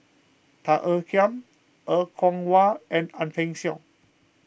Tan Ean Kiam Er Kwong Wah and Ang Peng Siong